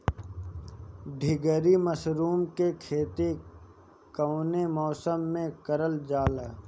ढीघरी मशरूम के खेती कवने मौसम में करल जा?